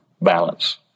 balance